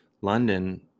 London